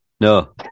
no